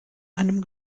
einem